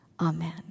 Amen